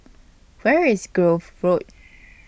Where IS Grove Road